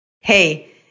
Hey